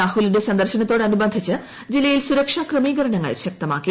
രാഹുലിന്റെ സന്ദർശനത്തോടനുബ്ന്ധിച്ച് ജില്ലയിൽ സുരക്ഷാ ക്രമീകരണങ്ങൾ ശക്തമാക്കി